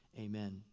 Amen